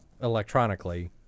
electronically